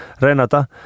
Renata